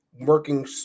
working